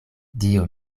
dio